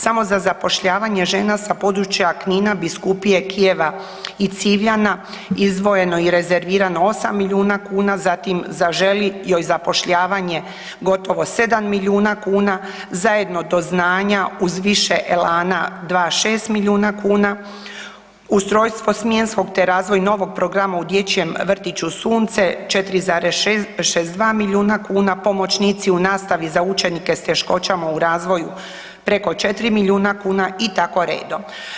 Samo za zapošljavanje žena sa područja Knin, biskupije Kijeva i Civljana, izdvojeno i rezervirano 8 milijuna kuna, zatim Zaželi joj zapošljavanje gotovo 7 milijuna kuna, Zajedno do znanja uz više elana 2,6 milijuna kuna, ustrojstvo smjenskog te razvoj novog programa u dječjem vrtiću Sunce 4,62 milijuna kuna, pomoćnici u nastavi za učenike s teškoćama u razvoju preko 4 milijuna kuna i tako redom.